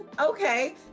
okay